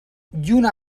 lluna